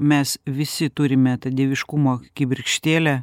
mes visi turime tą dieviškumo kibirkštėlę